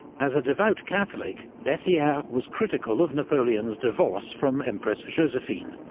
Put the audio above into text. as a devout catholic, bessieres was critical of napoleon's divorce from empress josephine,